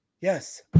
Yes